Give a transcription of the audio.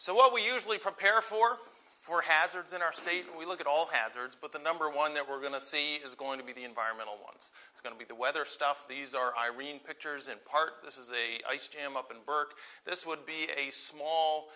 so what we usually prepare for for hazards in our state we look at all hazards but the number one that we're going to see is going to be the environmental ones it's going to be the weather stuff these are irene pictures in part this is a jam up in bourke this would be a small